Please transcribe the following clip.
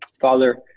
Father